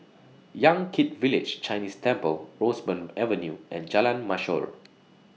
Yan Kit Village Chinese Temple Roseburn Avenue and Jalan Mashor